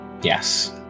Yes